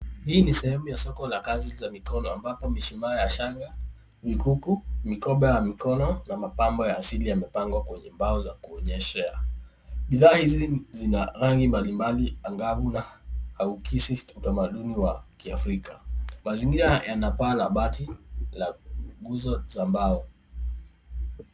Hii ni sehemu ya soko la kazi za mikono ambapo mishima ya shanga, mikuku, mikoba ya mikono na mapambo ya asili yamepangwa kwenye mbao za kuonyeshea. Bidhaa hizi zina rangi mbalimbali angavu na uhakisi utamaduni wa kiafrika. Mazingira yana paa la bati la nguzo za mbao.